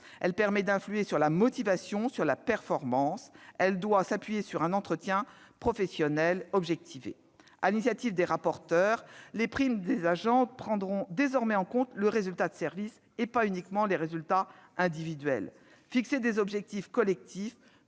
Elle permet d'influer sur la motivation, donc sur la performance. Elle doit s'appuyer sur un entretien professionnel objectivé. Sur l'initiative des rapporteurs, les primes des agents prendront désormais en compte les résultats du service, et pas uniquement les résultats individuels. Fixer des objectifs collectifs